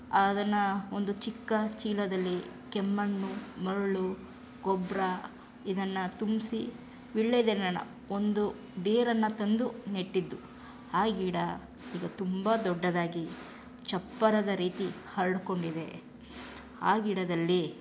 ಅದನ್ನು ಒಂದು ಚಿಕ್ಕ ಚೀಲದಲ್ಲಿ ಕೆಮ್ಮಣ್ಣು ಮರಳು ಗೊಬ್ಬರ ಇದನ್ನು ತುಂಬಿಸಿ ವೀಳ್ಯದೆಲೆನ ಒಂದು ಬೇರನ್ನು ತಂದು ನೆಟ್ಟಿದ್ದು ಆ ಗಿಡ ಈಗ ತುಂಬ ದೊಡ್ಡದಾಗಿ ಚಪ್ಪರದ ರೀತಿ ಹರಡಿಕೊಂಡಿದೆ ಆ ಗಿಡದಲ್ಲಿ